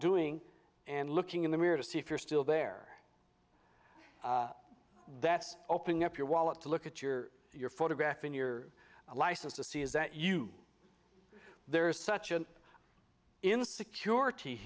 doing and looking in the mirror to see if you're still there that's opening up your wallet to look at your you're photographing your license to see is that you there is such an insecurit